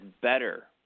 better